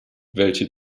welche